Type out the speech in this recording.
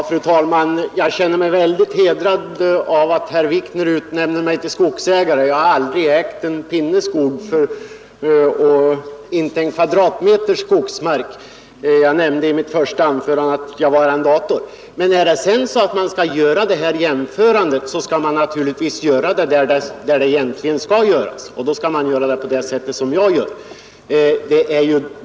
Fru talman! Jag känner mig väldigt hedrad av att herr Wikner utnämner mig till skogsägare. Jag har aldrig ägt en kvadratmeter skogsmark; jag nämnde i mitt första anförande att jag var arrendator. När det sedan sägs att man skall jämföra, så skall man naturligtvis göra jämförelsen där den egentligen skall göras, och då blir den sådan som jag här talat om.